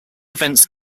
events